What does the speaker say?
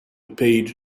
page